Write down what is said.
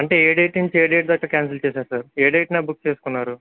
అంటే ఏ డేట్ ఏ డేట్ దాకా క్యాన్సిల్ చేశారు సార్ ఏ డేట్న బుక్ చేసుకున్నారు